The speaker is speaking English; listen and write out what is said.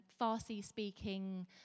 Farsi-speaking